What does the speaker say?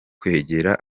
kwegera